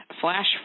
flash